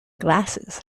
glasses